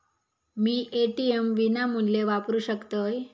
मी ATM विनामूल्य वापरू शकतय?